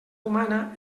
humana